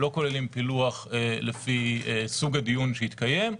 לא כוללים פילוח לפי סוג הדיון שהתקיים,